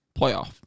playoff